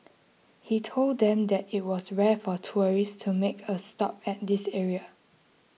he told them that it was rare for tourists to make a stop at this area